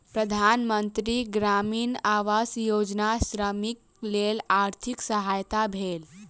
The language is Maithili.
प्रधान मंत्री ग्रामीण आवास योजना श्रमिकक लेल आर्थिक सहायक भेल